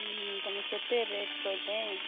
ତମେ ସେତେ ରେଟ୍ କହିତେ